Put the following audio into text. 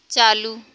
चालू